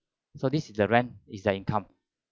so this is the rent is their income